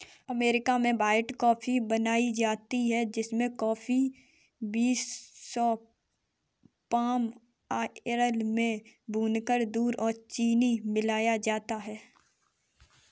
Malaysia में white coffee बनाई जाती है जिसमें कॉफी बींस को पाम आयल में भूनकर दूध और चीनी मिलाया जाता है